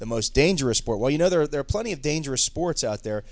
the most dangerous sport where you know there are there are plenty of dangerous sports out there